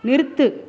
நிறுத்து